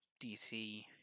DC